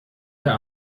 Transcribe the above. der